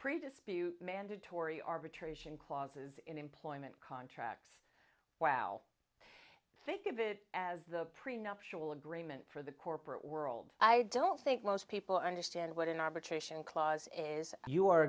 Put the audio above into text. predispose mandatory arbitration clauses in employment contracts wow think of it as the prenuptial agreement for the corporate world i don't think most people understand what an arbitration clause is you are